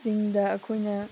ꯆꯤꯡꯗ ꯑꯩꯈꯣꯏꯅ